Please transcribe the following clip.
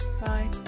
Bye